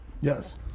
Yes